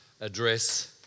address